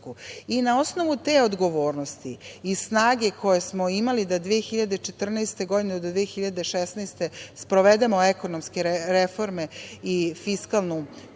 osnovu te odgovornosti i snage koju smo imali da 2014. godine do 2016. godine sprovedemo ekonomske reforme i fiskalnu